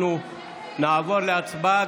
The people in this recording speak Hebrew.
אנחנו נעבור להצבעה.